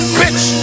bitch